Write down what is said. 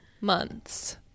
months